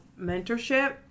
mentorship